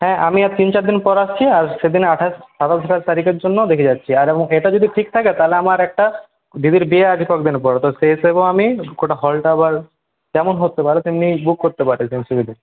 হ্যাঁ আমি আর তিন চার দিন পর আসছি আর সেদিনে আঠাশ সাতাশঠাস তারিখের জন্য দেখে যাচ্ছি আর আমাকে এটা যদি ঠিক থকে তাহলে আমার একটা দিদির বিয়ে আছে কয়েকদিনের পর তো সেই হিসাবেও আমি গোটা হলটা বল যেমন ধরতে পারে তেমনি বুক করতে পারে সেই সুবিধে